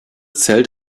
zählt